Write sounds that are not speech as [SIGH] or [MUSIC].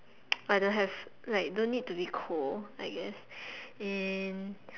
[NOISE] I don't have like don't need to be cold I guess and